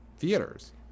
Theaters